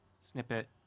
snippet